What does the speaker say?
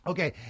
Okay